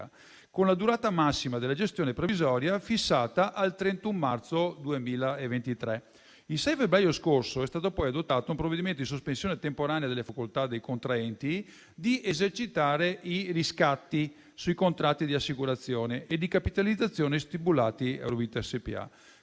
con una durata massima della gestione provvisoria fissata al 31 marzo 2023. Il 6 febbraio scorso è stato poi adottato un provvedimento di sospensione temporanea delle facoltà dei contraenti di esercitare i riscatti sui contratti di assicurazione e di capitalizzazione stipulati con Eurovita SpA.